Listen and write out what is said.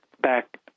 back